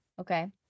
okay